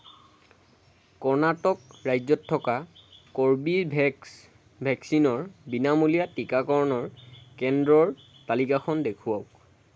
কৰ্ণাটক ৰাজ্যত থকা কৰ্বীভেক্স ভেকচিনৰ বিনামূলীয়া টীকাকৰণৰ কেন্দ্ৰৰ তালিকাখন দেখুৱাওক